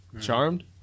Charmed